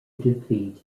defeat